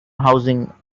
housing